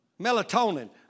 Melatonin